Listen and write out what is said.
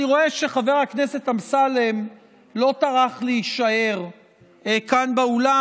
אני רואה שחבר הכנסת אמסלם לא טרח להישאר כאן באולם,